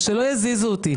אז שלא יזיזו אותי.